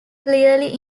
clearly